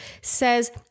says